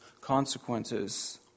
consequences